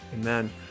Amen